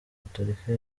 gatorika